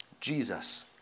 Jesus